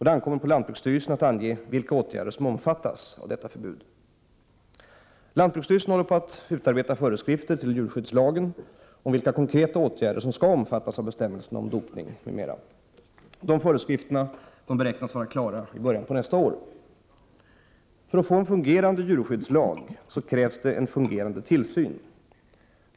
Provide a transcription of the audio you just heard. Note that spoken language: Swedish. Det ankommer på lantbruksstyrelsen att ange vilka åtgärder som omfattas av detta förbud. Lantbruksstyrelsen håller på att utarbeta föreskrifter till djurskyddslagen om vilka konkreta åtgärder som skall omfattas av bestämmelserna om dopning m.m. Föreskrifterna beräknas vara klara i början av nästa år. För att få en fungerande djurskyddslag krävs en fungerande tillsyn.